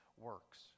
works